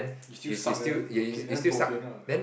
it still suck then okay then bo pian lah